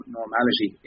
normality